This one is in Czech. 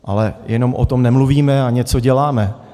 Ale jenom o tom nemluvíme, ale něco děláme.